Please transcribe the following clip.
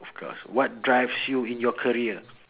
of course what drives you in your career